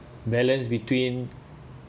balance between